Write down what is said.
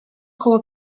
koło